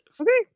Okay